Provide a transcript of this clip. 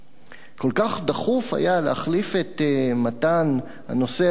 כל כך דחוף היה להחליף את מתן, הנוסע לסין.